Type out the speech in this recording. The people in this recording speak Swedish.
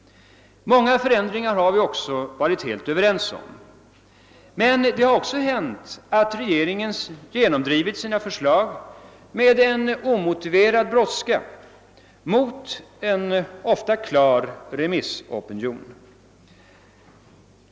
Många förändringar har vi också varit helt överens om. Men det har också hänt att regeringen har genomdrivit sina förslag med en omotiverad brådska och mot en ofta klar remissopinion.